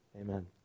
Amen